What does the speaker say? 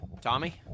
Tommy